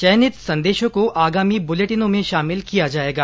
चयनित संदेशों को आगामी बुलेटिनों में शामिल किया जाएगा